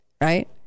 right